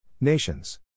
Nations